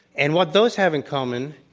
and what those have in common,